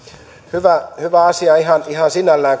hyvä hyvä asia ihan ihan sinällään